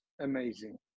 amazing